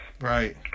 right